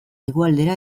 hegoaldera